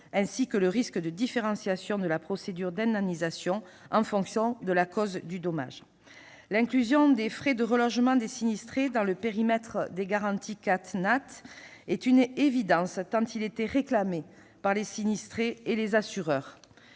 ainsi que du risque de différenciation de la procédure d'indemnisation en fonction de la cause du dommage. L'inclusion des frais de relogement des sinistrés dans le périmètre des garanties CatNat est une évidence, tant elle était réclamée par les sinistrés et les assureurs.